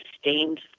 stained